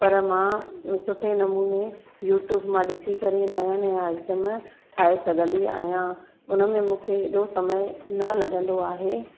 पर मां सुठे नमूने यूट्यूब मां ॾिसी करे नया नया आइटम ठाहे सघंदी आहियां उन में मूंखे हेॾो समय न लॻंदो आहे